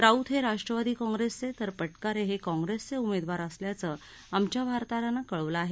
राऊत हे राष्ट्रवादी काँग्रेसचे तर पटकारे हे काँप्रेसचे उमेदवार असल्याचं आमच्या वार्ताहरानं कळवलं आहे